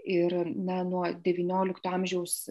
ir na nuo devyniolikto amžiaus